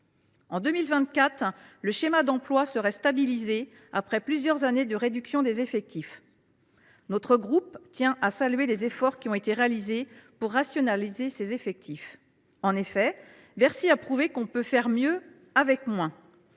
En 2024, le schéma d’emplois serait stabilisé, après plusieurs années de réduction des effectifs. Notre groupe tient à saluer les efforts qui ont été réalisés pour rationaliser ces effectifs. Bercy a prouvé que l’on pouvait faire mieux avec moins.